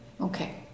Okay